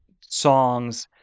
songs